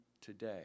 today